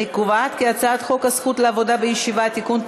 אני קובעת כי הצעת חוק הזכות לעבודה בישיבה (תיקון,